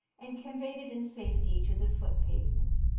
and conveyed it in safety to the foot pavement.